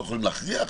לא יכולים להכריח,